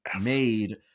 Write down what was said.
made